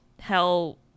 hell